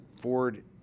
ford